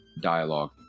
dialogue